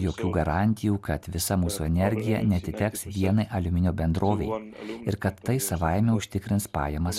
jokių garantijų kad visa mūsų energija neatiteks vienai aliuminio bendrovei ir kad tai savaime užtikrins pajamas